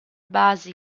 basi